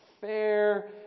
fair